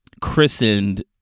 christened